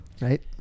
Right